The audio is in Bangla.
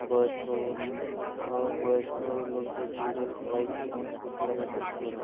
বয়স্ক বয়স্ক লোকদের শুরু করে সবাইকেই আমরা সুস্থ রাখার চেষ্টা করি